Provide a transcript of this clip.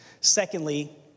Secondly